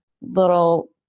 little